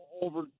over